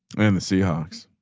and the seahawks.